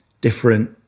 different